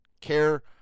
care